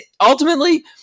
ultimately